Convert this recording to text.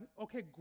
okay